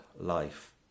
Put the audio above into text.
life